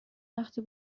وقتی